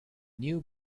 new